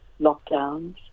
lockdowns